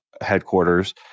headquarters